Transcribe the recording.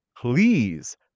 please